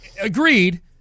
agreed